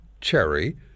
Cherry